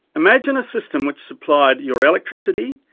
imagine a system which supplied your electricity,